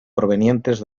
provenientes